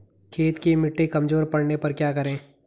खेत की मिटी कमजोर पड़ने पर क्या करें?